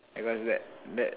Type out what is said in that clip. because that that